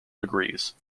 degrees